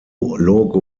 logo